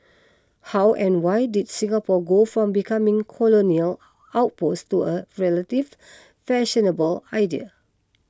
how and why did Singapore go from becoming colonial outpost to a relative fashionable idea